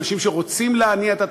אנשים שרוצים להניע את התעשייה,